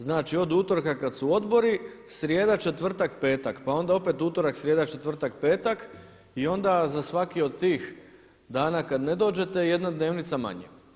Znači od utorka kad su odbori, srijeda, četvrtak, petak, pa onda opet utorak, srijeda, četvrtak i onda za svaki od tih dana kad ne dođete jedna dnevnica manje.